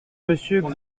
monsieur